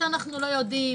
שאנחנו לא יודעים